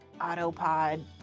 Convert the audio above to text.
autopod